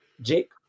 Jake